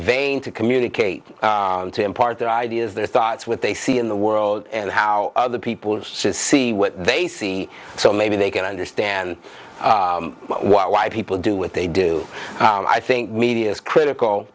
vein to communicate to impart their ideas their thoughts what they see in the world and how other people says see what they see so maybe they can understand why people do what they do and i think media is critical